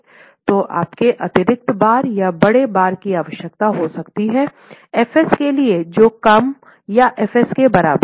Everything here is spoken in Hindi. तो आपको अतिरिक्त बार या बड़े बार की आवश्यकता हो सकती है fs के लिए जो कम या Fs के बराबर हैं